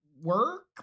work